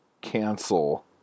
cancel